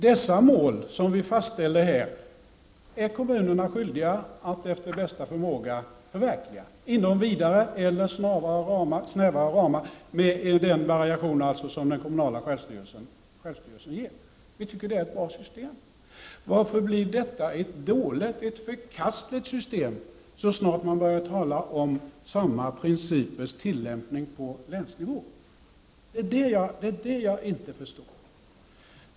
Dessa mål som vi fastställer här är kommunerna skyldiga att efter bästa förmåga förverkliga, inom vidare eller snävare ramar, med den variation som den kommunala självstyrelsen ger. Vi tycker att det är ett bra system. Varför blir detta ett förkastligt system så snart man börjar tala om tillämpning av samma principer på länsnivå? Det är detta jag inte förstår.